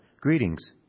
greetings